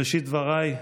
בראשית דבריי,